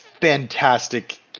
fantastic